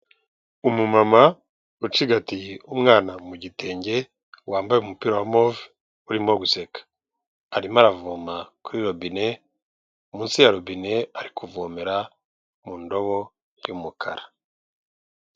Umumama ucigatiye umwana mu gitenge wambaye umupira wa move urimo guseka arimo aravoma kurirobine munsi yarobine ari kuvomera mu ndobo y'umukara.